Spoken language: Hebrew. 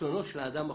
לרצונו של האדם החופשי,